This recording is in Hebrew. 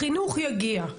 החינוך יגיע.